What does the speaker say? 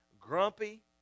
grumpy